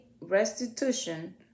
restitution